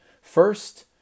First